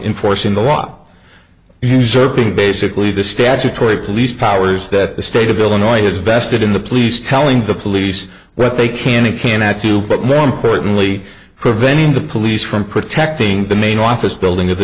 enforcing the law usurping basically the statutory police powers that the state of illinois has vested in the police telling the police but they can and cannot do but more importantly preventing the police from protecting the main office building of the